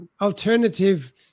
alternative